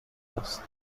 است